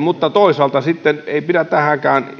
mutta toisaalta sitten ei pidä tähänkään